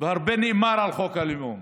והרבה נאמר על חוק הלאום